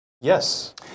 Yes